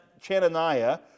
chananiah